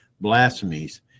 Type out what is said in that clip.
blasphemies